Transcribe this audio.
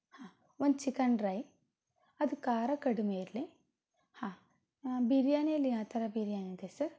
ಹಾಂ ಒಂದು chicken dry ಅದು ಖಾರ ಕಡಿಮೆ ಇರಲಿ ಹಾಂ ಬಿರಿಯಾನಿಯಲ್ಲಿ ಯಾವ ಥರ ಬಿರಿಯಾನಿಯಿದೆ ಸರ್